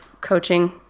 coaching